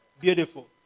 Beautiful